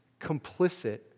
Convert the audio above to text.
complicit